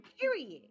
Period